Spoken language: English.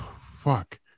Fuck